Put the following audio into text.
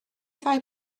ddau